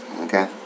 Okay